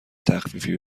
تخفیفی